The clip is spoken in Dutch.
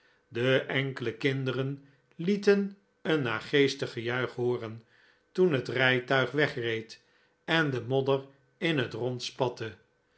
de enkele kinderen lieten een naargeestig gejuich hooren toen het rijtuig wegreed en de modder in het rond spatte